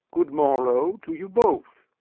good morrow to you both.